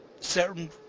certain